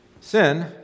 Sin